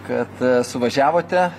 kad suvažiavote